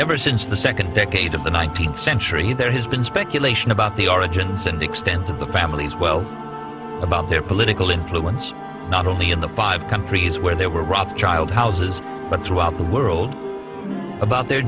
ever since the second decade of the nineteenth century there has been speculation about the origins and extent of the family as well about their political influence not only in the five countries where they were robbed child houses but throughout the world about their